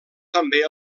també